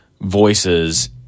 voices